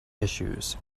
issues